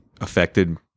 affected